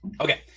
Okay